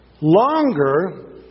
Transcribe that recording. longer